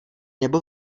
nebo